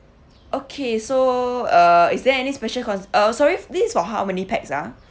okay so uh is there any special cause uh sorry f~ this is for how many pax ah